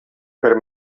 per